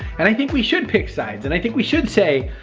and i think we should pick sides, and i think we should say,